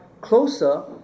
closer